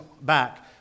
back